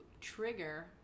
trigger